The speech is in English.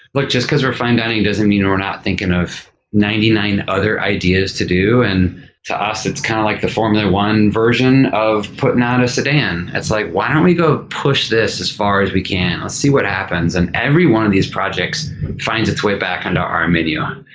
like just because we're fine dining, doesn't mean we're not thinking of ninety nine other ideas to do. and to us, it's kind of like the formula one version of putting out a sedan. it's like, why don't we go push this as far as we can? let's see what happens. and every one of these projects finds its way back into our menu.